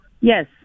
Yes